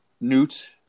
Newt